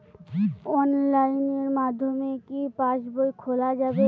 অনলাইনের মাধ্যমে কি পাসবই খোলা যাবে?